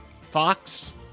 fox